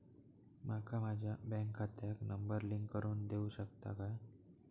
माका माझ्या बँक खात्याक नंबर लिंक करून देऊ शकता काय?